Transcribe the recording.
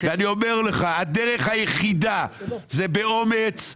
אני אומר לך שהדרך היחידה היא באומץ.